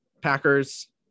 Packers